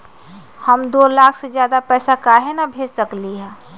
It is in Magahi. हम दो लाख से ज्यादा पैसा काहे न भेज सकली ह?